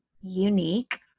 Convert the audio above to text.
unique